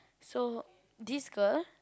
so this girl